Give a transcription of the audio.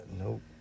Nope